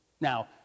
Now